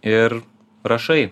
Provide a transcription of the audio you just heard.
ir rašai